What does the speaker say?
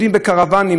לומדים בצפיפות,